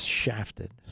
shafted